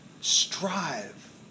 strive